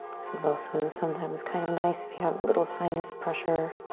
this is also sometimes kind of nice if you have a little sinus pressure.